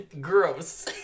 Gross